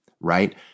right